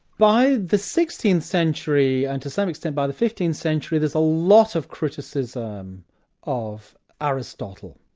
by the sixteenth century, and to some extent by the fifteenth century, there's a lot of criticism of aristotle.